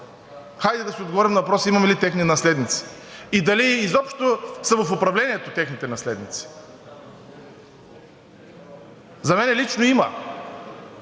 Хайде да си отговорим на въпроса: имаме ли техни наследници и дали изобщо са в управлението техните наследници? За мен лично има